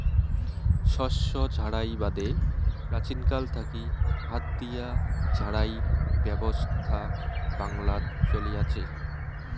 শস্য ঝাড়াই বাদে প্রাচীনকাল থাকি হাত দিয়া ঝাড়াই ব্যবছস্থা বাংলাত চলি আচে